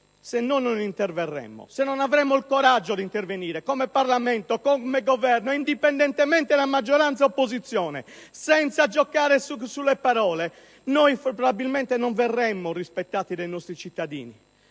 questa affermazione. Se non avremo il coraggio di intervenire come Parlamento, come Governo, indipendentemente da maggioranza e opposizione, senza giocare sulle parole, probabilmente non verremo rispettati dai nostri cittadini.